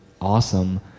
awesome